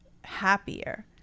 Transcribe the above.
happier